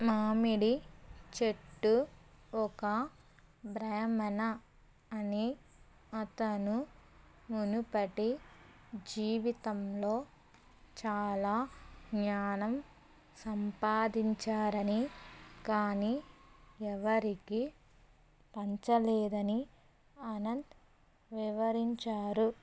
మామిడి చెట్టు ఒక బ్రాహ్మణ అని అతను మునుపటి జీవితంలో చాలా జ్ఞానం సంపాదించారని కానీ ఎవరికీ పంచలేదని అనంత్ వివరించారు